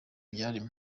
byarimo